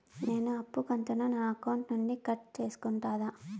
నేను అప్పు కంతును నా అకౌంట్ నుండి కట్ సేసుకుంటారా?